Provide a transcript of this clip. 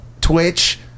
Twitch